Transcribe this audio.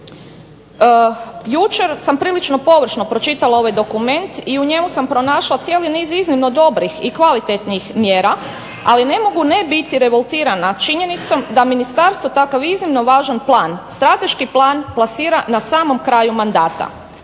Jučer sam prilično površno pročitala ovaj dokument i u njemu sam pronašla cijeli niz iznimno dobrih i kvalitetnih mjera, ali ne mogu ne biti revoltirana činjenicom da ministarstvo takav iznimno važan plan, strateški plan, plasira na samom kraju mandata.